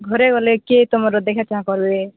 ଘରେ ଗଲେ କିଏ ତୁମର ଦେଖା ଚାହାଁ କରିବେ